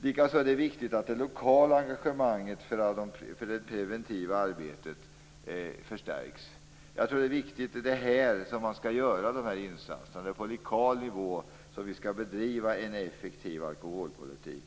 Likaså är det viktigt att det lokala engagemanget för det preventiva arbetet förstärks. Jag tror att det är viktigt att det är på lokal nivå som man gör de här insatserna och att det är där som vi skall bedriva en effektiv alkoholpolitik.